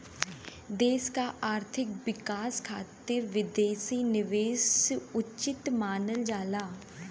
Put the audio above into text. देश क आर्थिक विकास खातिर विदेशी निवेश उचित मानल जाला